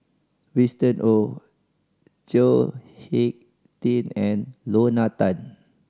Winston Oh Chao Hick Tin and Lorna Tan